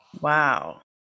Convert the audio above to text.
Wow